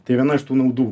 tai viena iš tų naudų